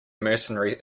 mercenary